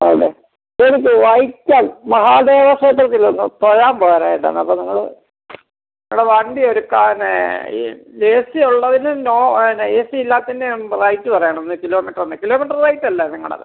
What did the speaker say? ആണല്ലേ എനിക്ക് വൈക്കം മഹാദേവക്ഷേത്രത്തിൽ ഒന്ന് തൊഴാൻ പോവാനായിട്ടാണ് അപ്പോൾ നിങ്ങൾ നിങ്ങളുടെ വണ്ടി എടുക്കാൻ എ സി ഉള്ളതിന് നോ ആണ് എ സി ഇല്ലാത്തതിന് റേറ്റ് പറയണമെന്ന് കിലോമീറ്ററിന് കിലോമീറ്റർ റേറ്റ് അല്ലേ നിങ്ങളുടേത്